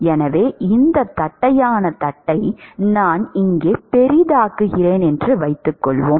எனவே இந்த தட்டையான தட்டை நான் இங்கே பெரிதாக்குகிறேன் என்று வைத்துக்கொள்வோம்